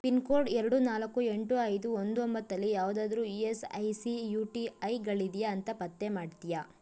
pin code ಎರಡು ನಾಲ್ಕು ಎಂಟು ಐದು ಒಂದು ಒಂಬತ್ತಲ್ಲಿ ಯಾವುದಾದ್ರೂ E S I C U T ಐಗಳಿದೆಯಾ ಅಂತ ಪತ್ತೆ ಮಾಡ್ತೀಯಾ